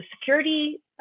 security